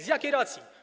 Z jakiej racji?